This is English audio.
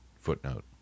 Footnote